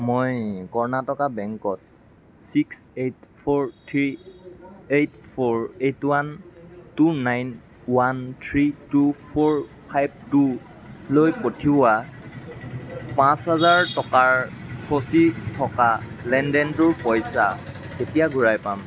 মই কৰ্ণাটকা বেংকত six eight four three eight four eight one two nine one three two four five two লৈ পঠিওৱা পাঁচ হাজাৰ টকাৰ ফচি থকা লেনদেনটোৰ পইচা কেতিয়া ঘূৰাই পাম